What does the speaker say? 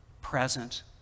present